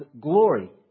glory